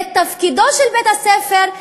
זה תפקידו של בית-הספר,